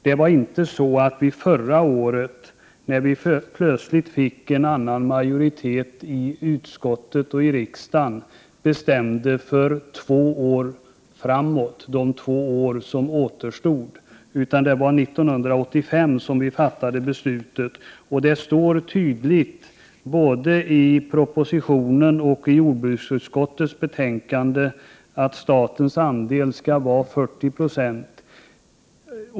Det var inte så, att vi förra året, när vi plötsligt fick en annan majoritet i utskottet och i riksdagen, bestämde för två år framåt, dvs. de två år som återstod, utan det var 1985 som vi fattade beslutet. Det står tydligt både i propositionen och i jordbruksutskottets betänkande att statens andel skall vara 40 96.